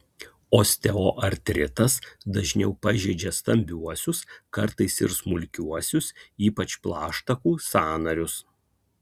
osteoartritas dažniau pažeidžia stambiuosius kartais ir smulkiuosius ypač plaštakų sąnarius